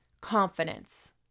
confidence